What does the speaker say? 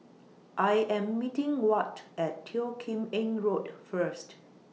I Am meeting Wyatt At Teo Kim Eng Road First